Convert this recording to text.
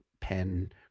pen